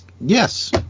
yes